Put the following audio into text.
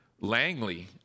langley